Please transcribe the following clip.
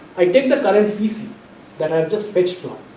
i take the current pc that i have just fetch from,